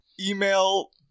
email